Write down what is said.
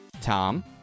tom